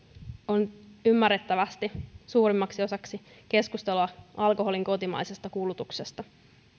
on ymmärrettävästi suurimmaksi osaksi keskustelua alkoholin kotimaisesta kulutuksesta